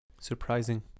surprising